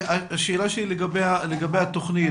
השאלה שלי לגבי התכנית.